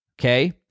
Okay